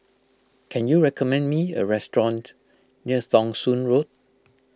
can you recommend me a restaurant near Thong Soon Road